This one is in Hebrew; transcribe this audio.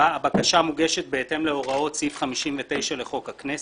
הבקשה מוגשת בהתאם להוראות סעיף 59 לחוק הכנסת.